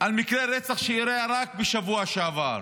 על מקרה רצח שאירע רק בשבוע שעבר.